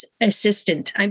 assistant